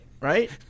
right